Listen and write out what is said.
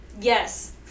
Yes